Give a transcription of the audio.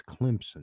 Clemson